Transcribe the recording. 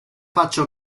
faccia